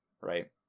Right